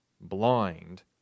blind